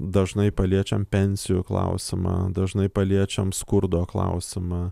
dažnai paliečiam pensijų klausimą dažnai paliečiam skurdo klausimą